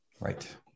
Right